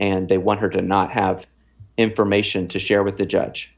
and they want her to not have information to share with the judge